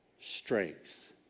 strength